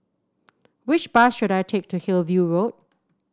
which bus should I take to Hillview Road